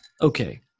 Okay